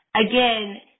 again